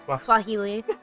Swahili